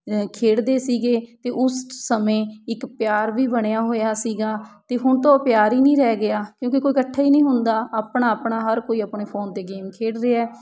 ਖੇਡਦੇ ਸੀਗੇ ਅਤੇ ਉਸ ਸ ਸਮੇਂ ਇੱਕ ਪਿਆਰ ਵੀ ਬਣਿਆ ਹੋਇਆ ਸੀਗਾ ਅਤੇ ਹੁਣ ਤਾਂ ਉਹ ਪਿਆਰ ਹੀ ਨਹੀਂ ਰਹਿ ਗਿਆ ਕਿਉਂਕਿ ਕੋਈ ਇਕੱਠਾ ਹੀ ਨਹੀਂ ਹੁੰਦਾ ਆਪਣਾ ਆਪਣਾ ਹਰ ਕੋਈ ਆਪਣੇ ਫ਼ੋਨ 'ਤੇ ਗੇਮ ਖੇਡ ਰਿਹਾ ਹੈ